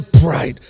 pride